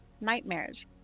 nightmares